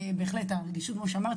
בהחלט הרגישות כמו שאמרת,